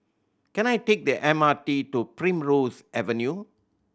can I take the M R T to Primrose Avenue